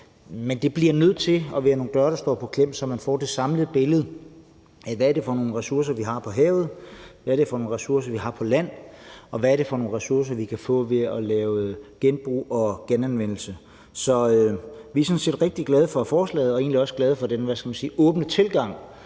Men det bliver nødt til at være nogle døre, der står på klem, så man får det samlede billede af, hvad det er for nogle ressourcer, vi har på havet; hvad er det for nogle ressourcer, vi har på land; og hvad er det for nogle ressourcer, vi kan få ved at lave genbrug og genanvendelse? Så vi er sådan set rigtig glade for forslaget og egentlig også for den, hvad